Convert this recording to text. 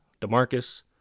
DeMarcus